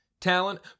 talent